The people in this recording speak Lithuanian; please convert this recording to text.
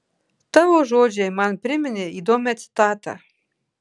tavo žodžiai man priminė įdomią citatą